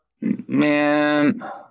Man